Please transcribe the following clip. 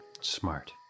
Smart